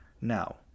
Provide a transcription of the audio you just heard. Now